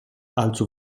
allzu